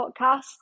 podcast